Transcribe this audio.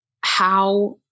how-